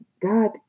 God